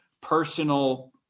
personal